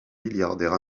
milliardaire